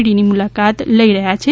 ડીની મુલાકાત લઇ રહ્યા છે